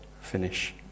finish